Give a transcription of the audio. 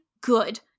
good